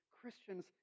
Christians